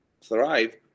thrive